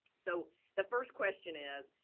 so the first question is,